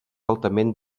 altament